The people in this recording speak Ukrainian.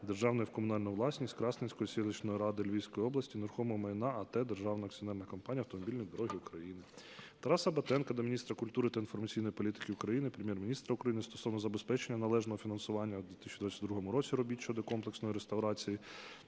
державної в комунальну власність Красненської селищної ради Львівської області нерухомого майна АТ "Державна акціонерна компанія "Автомобільні дороги України". Тараса Батенка до міністра культури та інформаційної політики України, Прем'єр-міністра України стосовно забезпечення належного фінансування у 2022 році робіт щодо комплексної реставрації